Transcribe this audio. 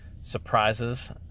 surprises